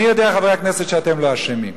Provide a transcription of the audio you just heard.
אני יודע, חברי הכנסת, שאתם לא אשמים.